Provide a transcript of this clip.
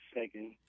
Second